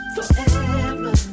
Forever